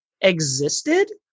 existed